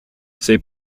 c’est